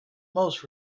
most